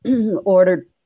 ordered